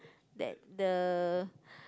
that the